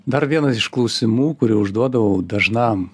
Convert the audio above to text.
dar vienas iš klausimų kurį užduodavau dažnam